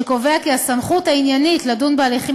שקובע כי הסמכות העניינית לדון בהליכים